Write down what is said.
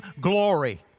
glory